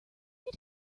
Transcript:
did